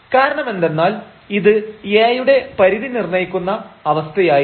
കാരണമെന്തെന്നാൽ ഇത് A യുടെ പരിധി നിർണയിക്കുന്ന അവസ്ഥയായിരുന്നു